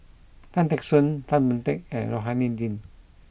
Tan Teck Soon Tan Boon Teik and Rohani Din